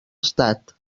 estat